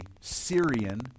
Syrian